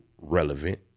relevant